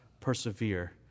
persevere